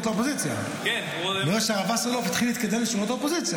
אני רואה שהרב וסרלאוף התחיל להתקדם לשורות האופוזיציה.